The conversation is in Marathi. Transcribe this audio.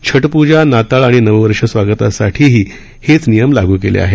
छठ पूजा नाताळ आणि नववर्ष स्वागतासाठीही हेच नियम लागू केले आहेत